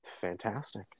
Fantastic